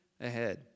ahead